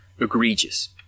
Egregious